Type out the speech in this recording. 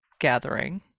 gathering